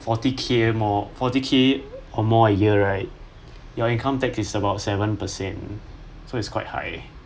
forty K more forty K or more a year right your income tax is about seven percent so it's quite high